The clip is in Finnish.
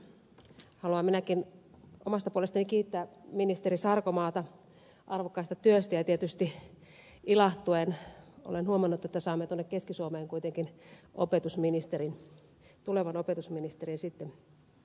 haluan minäkin omasta puolestani kiittää ministeri sarkomaata arvokkaasta työstä ja tietysti ilahtuen olen huomannut että saamme tuonne keski suomeen kuitenkin tulevan opetusministerin